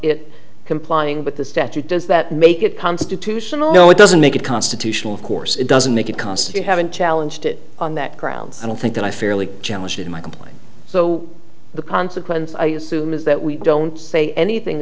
it complying with the statute does that make it constitutional no it doesn't make it constitutional of course it doesn't make it const you haven't challenged it on that grounds i don't think that i fairly challenged it in my complaint so the consequence i assume is that we don't say anything